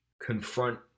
confront